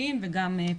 בטיחותיים וגם פדגוגיים.